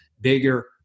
bigger